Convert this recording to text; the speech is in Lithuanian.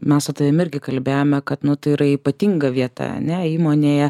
mes su tavim irgi kalbėjome kad nu tai yra ypatinga vieta ane įmonėje